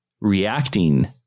reacting